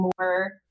more